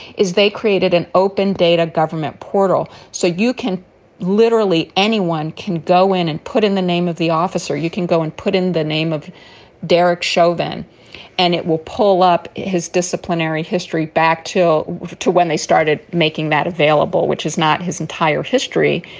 is they created an open data government portal. so you can literally anyone can go in and put in the name of the officer you can go and put in the name of derek chauvin and it will pull up his disciplinary history back to to when they started making that available, which is not his entire history,